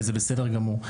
וזה בסדר גמור.